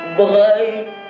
bright